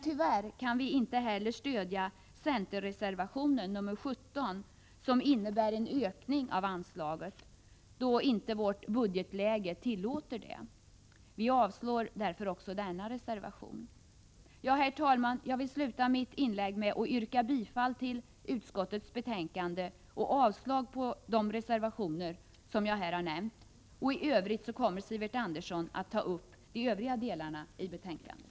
Tyvärr kan vi inte heller stödja centerreservation nr 17, som innebär en ökning av anslaget, då vårt budgetläge inte tillåter detta. Vi avstyrker därför också denna reservation. Jag vill sluta mitt inlägg med att yrka bifall till hemställan i utskottets betänkande och avslag på de reservationer som jag nämnt. Sivert Andersson kommer att ta upp de övriga delarna i betänkandet.